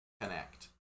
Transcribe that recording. connect